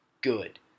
good